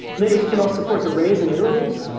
lit-html supports arrays and iterables.